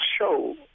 show